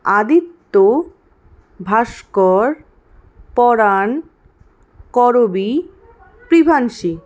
Aditya Bhaskar Paran Karabi প্রিভানসি